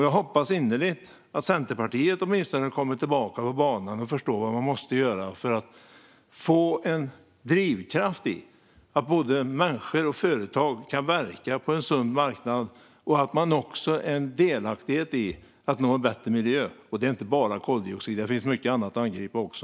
Jag hoppas innerligt att åtminstone Centerpartiet kommer tillbaka på banan och förstår vad som måste göras för att få en drivkraft så att både människor och företag kan verka på en sund marknad och känna delaktighet i att nå en bättre miljö. Och det handlar inte bara om koldioxid. Det finns mycket annat att angripa också.